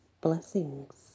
blessings